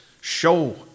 show